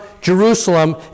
Jerusalem